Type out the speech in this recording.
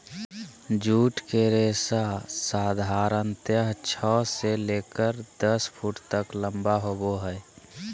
jute के रेशा साधारणतया छह से लेकर दस फुट तक लम्बा होबो हइ